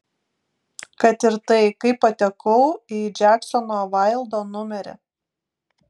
kad ir tai kaip patekau į džeksono vaildo numerį